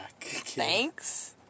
Thanks